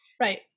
Right